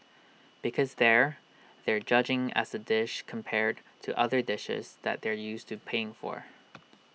because there they're judging as A dish compared to other dishes that they're used to paying for